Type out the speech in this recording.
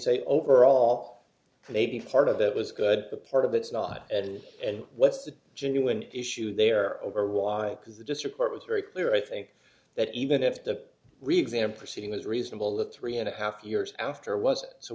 say overall maybe part of that was a good part of it's not and and what's the genuine issue there over why because the district court was very clear i think that even if the reexamine proceeding was reasonable that three and a half years after was so